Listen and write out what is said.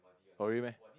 horrid meh